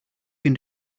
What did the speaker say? can